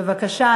בבקשה.